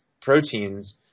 proteins